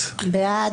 הסתייגות 253. מי בעד?